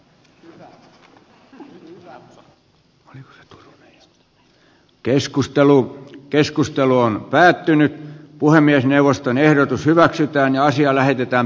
ne eivät ole suinkaan niitä ranskalaisia ja saksalaisia pankkeja